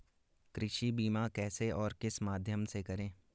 कृषि बीमा कैसे और किस माध्यम से करें?